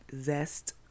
Zest